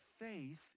faith